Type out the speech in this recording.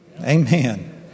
Amen